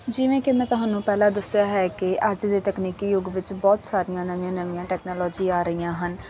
ਜਿਵੇਂ ਕਿ ਮੈਂ ਤੁਹਾਨੂੰ ਪਹਿਲਾਂ ਦੱਸਿਆ ਹੈ ਕਿ ਅੱਜ ਦੇ ਤਕਨੀਕੀ ਯੁੱਗ ਵਿੱਚ ਬਹੁਤ ਸਾਰੀਆਂ ਨਵੀਆਂ ਨਵੀਆਂ ਟੈਕਨੋਲੋਜੀ ਆ ਰਹੀਆਂ ਹਨ